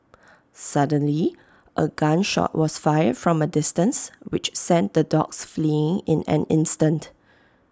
suddenly A gun shot was fired from A distance which sent the dogs fleeing in an instant